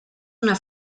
una